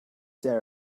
there